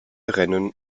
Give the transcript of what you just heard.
rennen